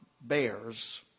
bears